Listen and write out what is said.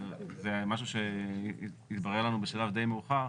זה משהו שהתברר לנו בשלב די מאוחר.